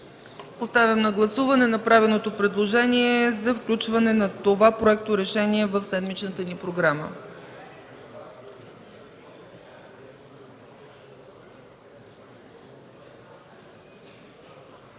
Поставям на гласуване направеното предложение за включване на това проекторешение в седмичната ни програма.